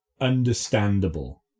understandable